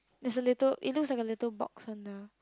there's a little it looks like a little box on the